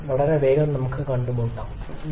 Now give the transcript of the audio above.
വീണ്ടും വളരെ വേഗം നമ്മൾക്ക് കണ്ടുമുട്ടാം